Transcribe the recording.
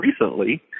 recently